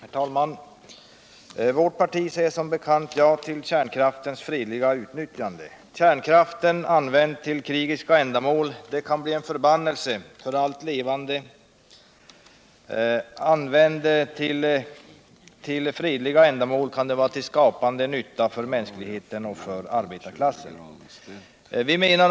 Herr talman! Vårt parti säger som bekant ja till kärnkraftens fredliga utnyttjande. Kärnkraften använd för krigiska ändamål kan bli en förbannelse för allt levande, använd för fredliga ändamål kan den vara till skapande nytta för mänskligheten och för arbetarklassen.